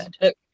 Look